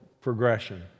progression